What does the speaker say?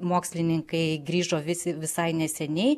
mokslininkai grįžo visi visai neseniai